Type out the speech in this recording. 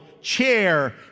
chair